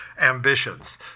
ambitions